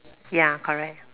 ya correct